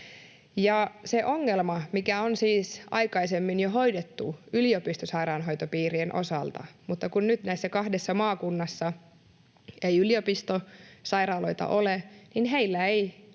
Se ongelma on siis aikaisemmin jo hoidettu yliopistosairaanhoitopiirien osalta, mutta kun nyt näissä kahdessa maakunnassa ei yliopistosairaaloita ole, niin heillä ei